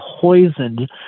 poisoned